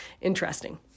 Interesting